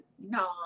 no